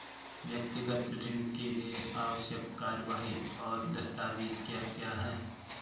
व्यक्तिगत ऋण के लिए आवश्यक कार्यवाही और दस्तावेज़ क्या क्या हैं?